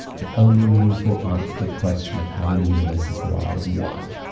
the only meaningful answer to the question of how many universes there are is one.